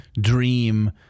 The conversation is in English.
dream